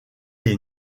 est